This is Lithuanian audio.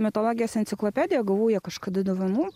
mitologijos enciklopediją gavau ją kažkada dovanų